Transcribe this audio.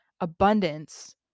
abundance